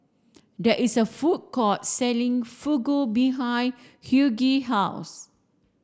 there is a food court selling Fugu behind Hughie house